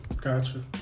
Gotcha